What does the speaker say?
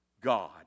God